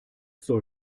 soll